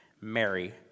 Mary